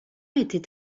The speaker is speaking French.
était